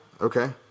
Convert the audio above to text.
Okay